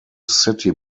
city